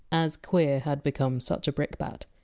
as! queer! had become such a brickbat,